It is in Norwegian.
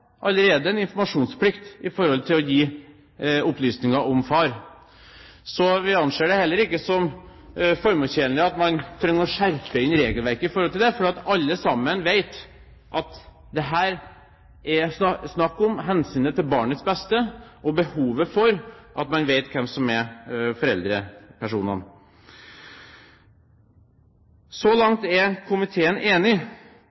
allerede har en informasjonsplikt til å gi opplysninger om far. Vi anser det heller ikke som formålstjenlig å skjerpe inn regelverket i forhold til det, for alle vet at det her er snakk om hensynet til barnets beste og behovet for at man vet hvem som er foreldrepersonene. Så langt er komiteen enig.